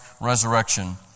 resurrection